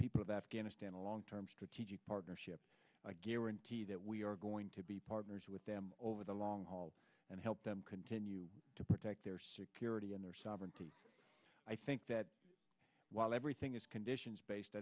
people of afghanistan a long term strategic partnership a guarantee that we are going to be partners with them over the long haul and help them continue to protect their security and their sovereignty i think that while everything is conditions based i